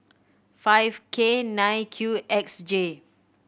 five K nine Q X J